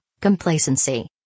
complacency